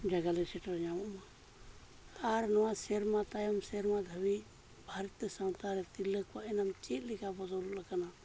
ᱡᱟᱭᱜᱟ ᱞᱮ ᱥᱮᱴᱮᱨ ᱧᱟᱢᱚᱜ ᱢᱟ ᱟᱨ ᱱᱚᱣᱟ ᱥᱮᱨᱢᱟ ᱛᱟᱭᱚᱢ ᱥᱮᱨᱢᱟ ᱫᱷᱟᱹᱵᱤᱡ ᱵᱟᱨᱚᱛᱤᱭᱚ ᱥᱟᱶᱛᱟ ᱨᱮ ᱛᱤᱨᱞᱟᱹ ᱠᱚᱣᱟᱜ ᱮᱱᱮᱢ ᱪᱮᱫ ᱞᱮᱠᱟ ᱵᱚᱫᱚᱞ ᱠᱟᱱᱟ